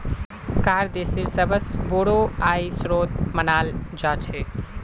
कर देशेर सबस बोरो आय स्रोत मानाल जा छेक